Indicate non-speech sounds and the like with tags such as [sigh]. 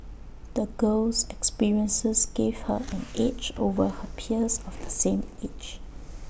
the girl's experiences gave her [noise] an edge over her peers of the same age [noise]